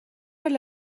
چرا